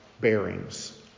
bearings